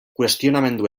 kuestionamendu